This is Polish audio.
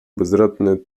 bezradny